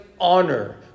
honor